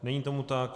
Není tomu tak.